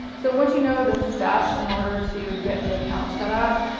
so, once you know the steps in order to get the account set up,